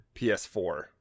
PS4